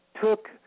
took